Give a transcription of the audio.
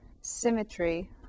symmetry